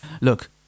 Look